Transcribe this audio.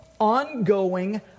ongoing